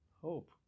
hope